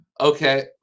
Okay